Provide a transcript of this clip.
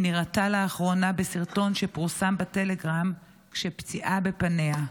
היא נראתה לאחרונה בסרטון שפורסם בטלגרם כשפציעה בפניה.